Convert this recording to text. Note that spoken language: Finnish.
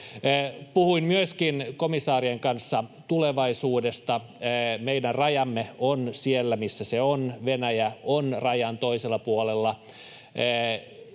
Puhuin myöskin komissaarien kanssa tulevaisuudesta. Meidän rajamme on siellä, missä se on. Venäjä on rajan toisella puolella.